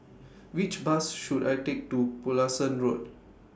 Which Bus should I Take to Pulasan Road